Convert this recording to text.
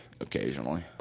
occasionally